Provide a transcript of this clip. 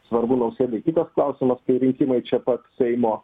svarbu nausėdai kitas klausimas kai rinkimai čia pat seimo